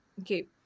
Okay